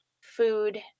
food